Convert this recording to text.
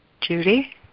Judy